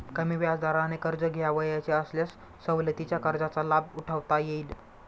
कमी व्याजदराने कर्ज घ्यावयाचे असल्यास सवलतीच्या कर्जाचा लाभ उठवता येईल